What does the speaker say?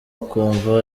akumva